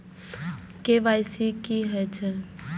KYC की हे छे?